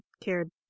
cared